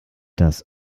das